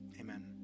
Amen